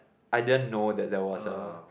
I didn't know that there was a